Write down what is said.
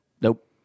Nope